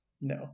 No